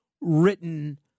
written